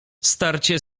starcie